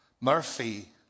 Murphy